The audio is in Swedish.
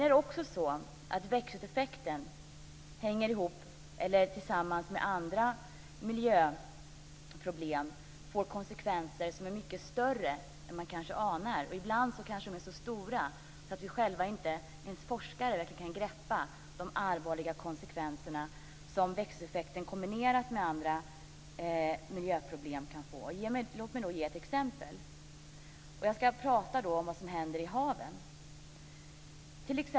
Växthuseffekten hänger också samman med andra miljöproblem och får miljökonsekvenser som är mycket större än vad man kanske anar. Ibland kanske de är så stora att inte ens forskare kan greppa de allvarliga konsekvenser som växthuseffekten kombinerat med andra miljöproblem kan få. Låt mig då ge ett exempel. Jag ska tala om vad som händer i haven.